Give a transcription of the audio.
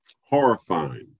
Horrifying